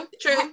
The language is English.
true